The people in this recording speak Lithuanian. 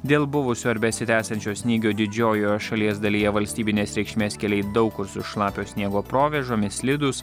dėl buvusio ar besitęsiančio snygio didžiojoje šalies dalyje valstybinės reikšmės keliai daug kur su šlapio sniego provėžomis slidūs